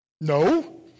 No